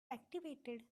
activated